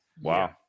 Wow